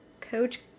coach